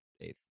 eighth